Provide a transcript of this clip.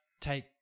take